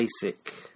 basic